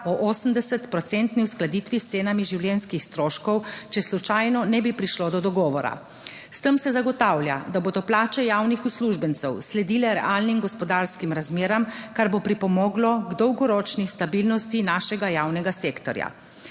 uskladitvi s cenami življenjskih stroškov, če slučajno ne bi prišlo do dogovora. S tem se zagotavlja, da bodo plače javnih uslužbencev sledile realnim gospodarskim razmeram, kar bo pripomoglo k dolgoročni stabilnosti našega javnega sektorja.